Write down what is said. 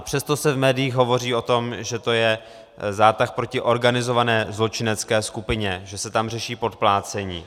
Přesto se v médiích hovoří o tom, že to je zátah proti organizované zločinecké skupině, že se tam řeší podplácení.